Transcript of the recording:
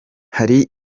hari